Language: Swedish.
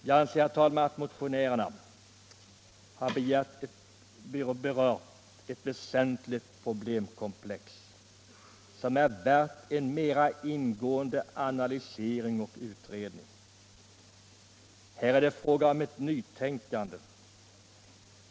Jag anser, herr talman, att motionärerna berört ett väsentligt problemkomplex som kräver en mera ingående analys och utredning, eftersom det är fråga om ett nytänkande.